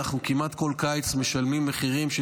אנחנו כמעט כל קיץ משלמים מחירים של